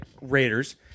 Raiders